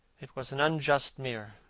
it was an unjust mirror,